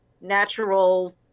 natural